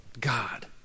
God